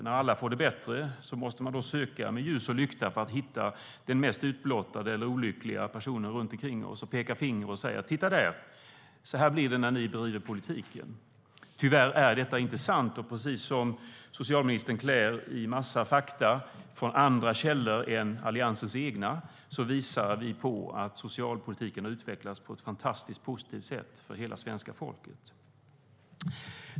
När alla får det bättre måste man söka med ljus och lykta för att hitta den mest utblottade eller olyckliga personen och peka finger och säga: Titta! Så här blir det när ni bedriver politik! Tyvärr är detta inte sant. Socialministern tar fram fakta från källor som inte är Alliansens egna och visar på att socialpolitiken har utvecklats på ett fantastiskt positivt sätt för hela svenska folket.